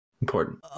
Important